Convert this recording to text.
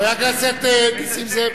כל אחד יש לו האמת שלו.